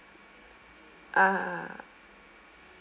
ah